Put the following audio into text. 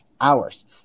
hours